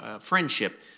friendship